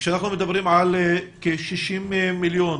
וכשאנחנו מדברים על כ-60 מיליון,